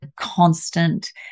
constant